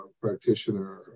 practitioner